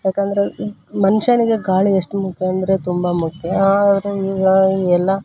ಯಾಕಂದ್ರ ಮನುಷ್ಯನಿಗೆ ಗಾಳಿ ಎಷ್ಟು ಮುಖ್ಯ ಅಂದರೆ ತುಂಬ ಮುಖ್ಯ ಆದ್ರ ಈಗ ಈಗೆಲ್ಲ